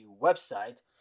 website